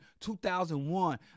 2001